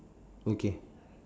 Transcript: okay